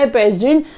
President